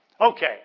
Okay